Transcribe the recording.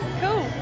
Cool